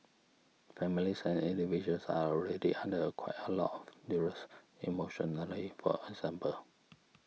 families and individuals are already under quite a lot of duress emotionally for example